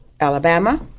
Alabama